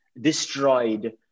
destroyed